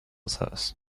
service